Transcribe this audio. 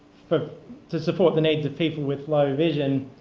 for to support the needs of people with low vision.